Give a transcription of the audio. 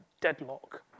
deadlock